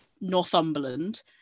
Northumberland